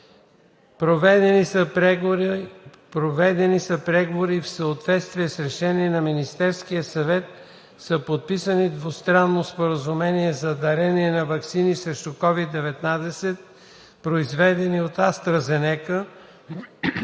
Проведени са преговори и в съответствие с решение на Министерския съвет са подписани Двустранно споразумение за дарение на ваксини срещу COVID-19, произведени от АстраЗенека,